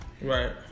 Right